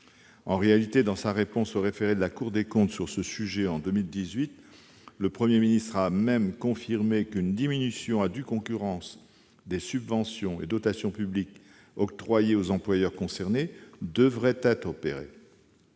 En réalité, dans sa réponse au référé de la Cour des comptes sur ce sujet, cette année, le Premier ministre a même confirmé qu'« une diminution à due concurrence des subventions et dotations publiques octroyées aux employeurs concernés devrait être opérée